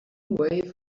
way